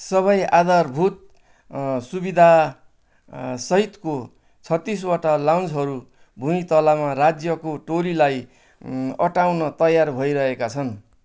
सबै आधारभूत अँ सुविधा अँ सहितको छत्तिसवटा लाउन्जहरू भुइँ तल्लामा राज्यको टोलीलाई अटाउन तयार भइरहेका छन्